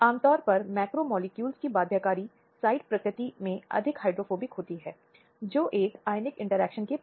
बलात्कार शब्द मूल रूप से "रेप यो" शब्द से लिया गया है जिसका अर्थ है जब्त करना